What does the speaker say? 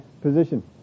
position